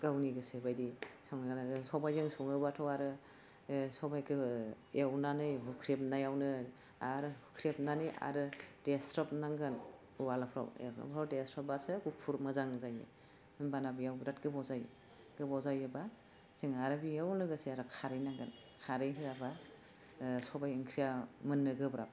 गावनि गोसो बायदि संजानो हागोन सबाइजों सङोबाथ' आरो सबाइखो एवनानै हुख्रबेनायावनो आरो हुख्रेबनानै आरो देस्रबनांगोन उवालफ्राव एफोरखौ देस्रबबासो गुफुर मोजां जायो होमबाना बेयाव बिराथ गोबाव जायो गोबाव जायोबा जों आरो बेयाव लोगोसे खारै नांगोन खारै होआबा सबाइ ओंख्रिया मोननो गोब्राब